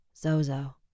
Zozo